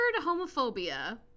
homophobia